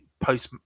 Post